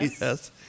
Yes